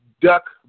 duck